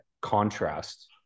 contrast